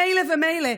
מילא ומילא,